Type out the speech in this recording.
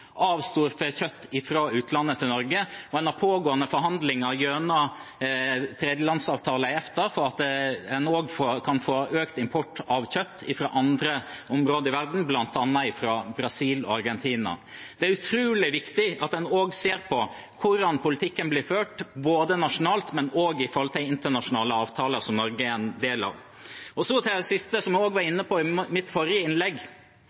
av kjøtt fra andre områder i verden, bl.a. fra Brasil og Argentina. Det er utrolig viktig at man også ser på hvordan politikken blir ført, både nasjonalt og i forhold til internasjonale avtaler som Norge er en del av. Til det siste, som jeg også var inne på i mitt forrige innlegg, og